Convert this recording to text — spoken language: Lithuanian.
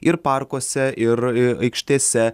ir parkuose ir i aikštėse